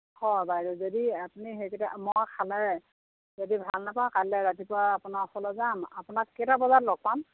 হয় বাইদ' যদি আপুনি সেইকেইটা মই খালে যদি ভাল নাপাওঁ কালিলৈ ৰাতিপুৱা আপোনাৰ ওচৰলৈ যাম আপোনাক কেইটা বজাত লগ পাম